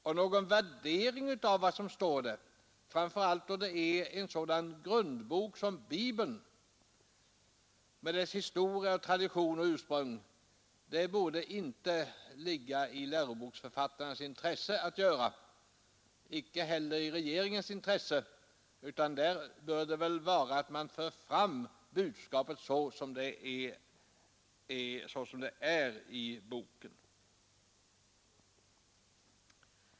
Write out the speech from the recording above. Det borde inte ligga i författarnas och inte heller i regeringens intresse att göra någon värdering av vad som står i läroboken, framför allt om det gäller en sådan grundbok som Bibeln, med sin historia, sin tradition och sitt ursprung. I stället bör man föra fram budskapet så som det förkunnas i den boken.